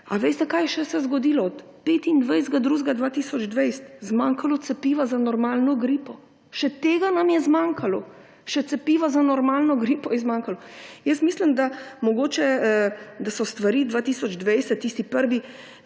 Ali veste, kaj vse se je še zgodilo od 25. 2. 2020? Zmanjkalo cepiva za normalno gripo. Še tega nam je zmanjkalo. Še cepiva za normalno gripo je zmanjkalo. Jaz mislim, da mogoče so stvari 2020, tisti prvi